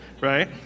right